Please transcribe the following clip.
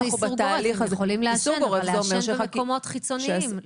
אפשר לעשן אבל במקומות חיצוניים,